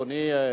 אדוני.